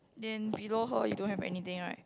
then below her you don't have anything right